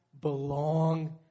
belong